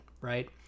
right